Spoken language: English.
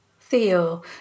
Theo